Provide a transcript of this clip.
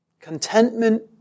Contentment